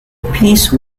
piece